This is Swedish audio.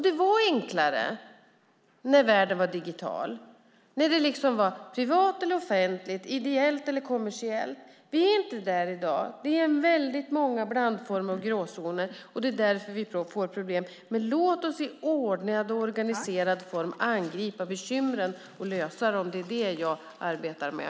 Det var enklare när världen var binär, när det var privat eller offentligt, ideellt eller kommersiellt. Men vi är inte där i dag. Det finns väldigt många blandformer och gråzoner, och det är därför vi får problem. Men låt oss i ordnad och organiserad form angripa bekymren och lösa dem! Det är vad jag arbetar med.